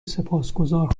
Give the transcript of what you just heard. سپاسگذار